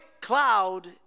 cloud